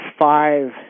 five